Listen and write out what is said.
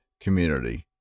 community